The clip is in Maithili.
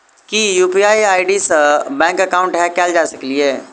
की यु.पी.आई आई.डी सऽ बैंक एकाउंट हैक कैल जा सकलिये?